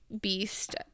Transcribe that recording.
beast